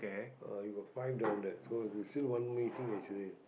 uh you got five down there so there's still one missing actually